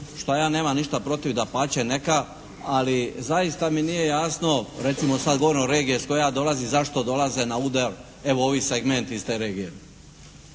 što ja nemam ništa protiv, dapače neka, ali zaista mi nije jasno, recimo sada govorim o regiji iz koje ja dolazim, zašto dolaze na udar evo ovi segmenti iz te regije.